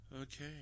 Okay